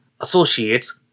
Associates